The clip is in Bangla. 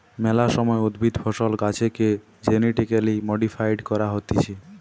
মেলা সময় উদ্ভিদ, ফসল, গাছেকে জেনেটিক্যালি মডিফাইড করা হতিছে